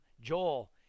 Joel